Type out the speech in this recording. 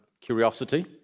Curiosity